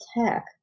tech